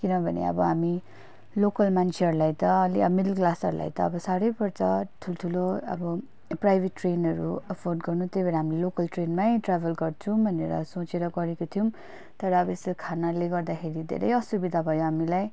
किनभने अब हामी लोकल मान्छेहरूलाई त अलि अब मिडल क्लासहरूलाई त अलिक साह्रै पर्छ ठुल्ठुलो अब प्राइभेट ट्रेनहरू अफोर्ड गर्नु त्यही भएर हामी लोकल ट्रेनमै ट्राभल गर्छौँ भनेर सोचेर गरेको थियौँ तर अब यस्तो खानाले गर्दाखेरि धेरै असुविधा भयो हामीलाई